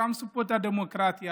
רמסו פה את הדמוקרטיה,